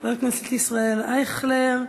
חבר הכנסת ישראל אייכלר.